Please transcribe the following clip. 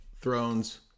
thrones